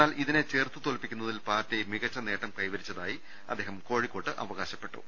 എന്നാൽ ഇതിനെ ചെറുത്തുതോൽപിക്കുന്നതിൽ പാർട്ടി മികച്ച നേട്ടം കൈവ രിച്ചതായി അദ്ദേഹം കോഴിക്കോട്ട് അവകാശപ്പെട്ടു